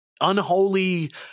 unholy